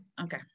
okay